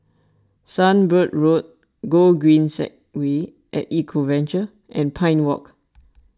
Sunbird Road Gogreen Segway at Eco Adventure and Pine Walk